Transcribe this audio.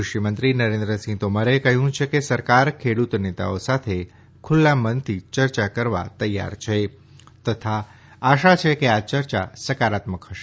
ક્રષિમંત્રી નરેન્દ્રસિંહ તોમરે કહ્યું છે કે સરકાર ખેડૂત નેતાઓ સાથે ખુલ્લા મનથી ચર્ચા કરવા તૈયાર છે તથા આશા છે કે આ ચર્ચા સકારાત્મક હશે